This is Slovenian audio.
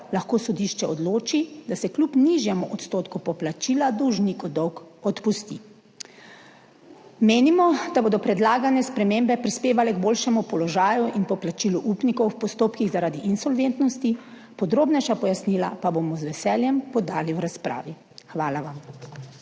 lahko sodišče odloči, da se kljub nižjemu odstotku poplačila dolžniku dolg odpusti. Menimo, da bodo predlagane spremembe prispevale k boljšemu položaju in poplačilu upnikov v postopkih zaradi insolventnosti, podrobnejša pojasnila pa bomo z veseljem podali v razpravi. Hvala vam.